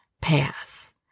pass